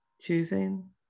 choosing